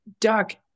Doc